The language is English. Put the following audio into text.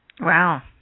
Wow